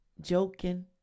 joking